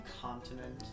continent